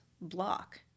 block